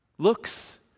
Looks